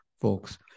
folks